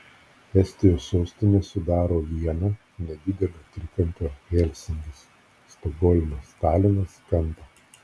estijos sostinė sudaro vieną nedidelio trikampio helsinkis stokholmas talinas kampą